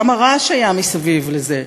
כמה רעש היה מסביב לזה?